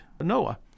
Noah